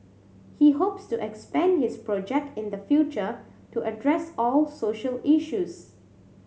he hopes to expand his project in the future to address all social issues